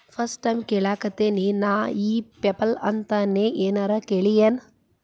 First time ಕೇಳಾಕತೇನಿ ನಾ ಇ ಪೆಪಲ್ ಅಂತ ನೇ ಏನರ ಕೇಳಿಯೇನ್?